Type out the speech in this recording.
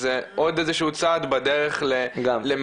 אז זה עוד איזה שהוא צעד בדרך למניעה.